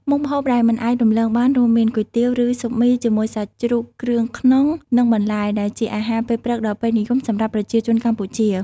មុខម្ហូបដែលមិនអាចរំលងបានរួមមាន គុយទាវ ឬស៊ុបមីជាមួយសាច់ជ្រូកគ្រឿងក្នុង និងបន្លែ ដែលជាអាហារពេលព្រឹកដ៏ពេញនិយមសម្រាប់ប្រជាជនកម្ពុជា។